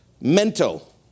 mental